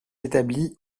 établie